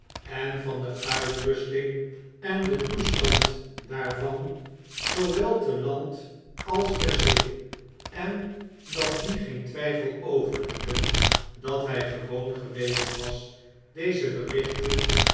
en van de uitrusting en den toestand daarvan zoowel te land als ter zee en dat die geen twijfel overlieten dat hij gewoon geweest was deze berichten